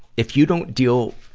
if you don't deal,